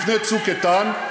לפני "צוק איתן",